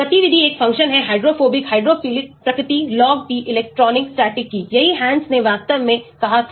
गतिविधि एक फंक्शन है हाइड्रोफोबिक हाइड्रोफिलिक प्रकृति log P इलेक्ट्रॉनिकstatic की यही Hansch's ने वास्तव में कहा था